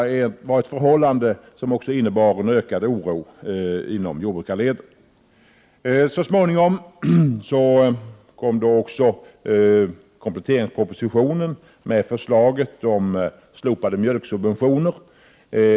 Också detta förhållande medförde en ökad oro inom jordbrukarleden. Så småningom framlades också kompletteringspropositionen med förslaget om slopade mjölksubventioner.